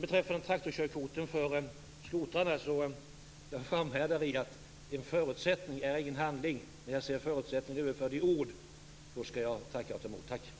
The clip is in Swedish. Beträffande traktorkörkorten för skotrarna framhärdar jag i att en förutsättning är ingen handling. När jag ser förutsättningen överförd i ord skall jag tacka och ta emot.